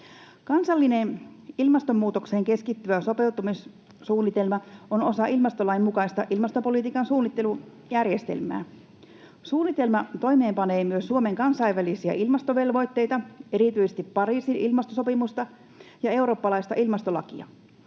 Kansallinen ilmastonmuutokseen keskittyvä sopeutumissuunnitelma on osa ilmastolain mukaista ilmastopolitiikan suunnittelujärjestelmää. Suunnitelma toimeenpanee myös Suomen kansainvälisiä ilmastovelvoitteita, erityisesti Pariisin ilmastosopimusta ja eurooppalaista ilmastolakia,